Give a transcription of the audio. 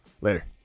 Later